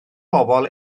bobol